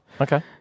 Okay